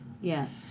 Yes